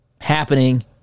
happening